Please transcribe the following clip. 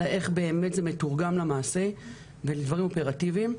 אלא איך באמת זה מתורגם למעשה ולדברים אופרטיביים.